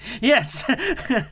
Yes